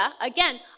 again